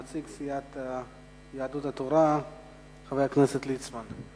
נציג סיעת יהדות התורה חבר הכנסת ליצמן.